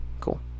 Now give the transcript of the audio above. cool